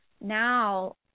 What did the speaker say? now